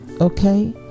okay